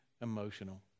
emotional